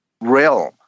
realm